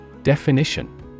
Definition